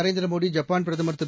Narendra Modi Japan பிரதமர் திரு